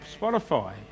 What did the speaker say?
Spotify